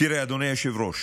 תראה, אדוני היושב-ראש,